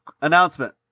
Announcement